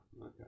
okay